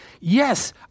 Yes